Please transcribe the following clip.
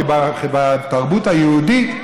כי בתרבות היהודית,